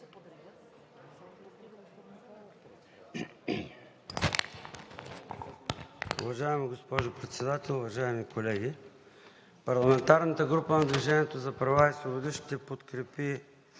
Уважаема госпожо Председател, уважаеми колеги! Парламентарната група на „Движението за права и свободи“ ще подкрепи